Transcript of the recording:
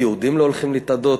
היהודים לא הולכים להתאדות,